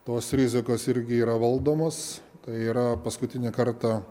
tos rizikos irgi yra valdomos tai yra paskutinį kartą